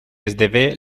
esdevé